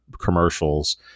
commercials